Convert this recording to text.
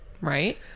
right